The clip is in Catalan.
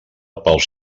pels